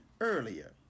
earlier